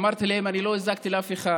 אמרתי להם: אני לא הזקתי לאף אחד,